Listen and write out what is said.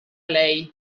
lei